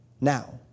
now